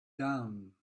down